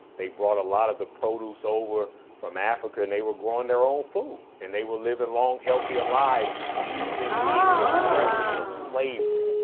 they brought a lot of the produce over from africa and they were growing their own food and they will live in long, healthier lives even in the stresses of slavery.